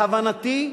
בהבנתי,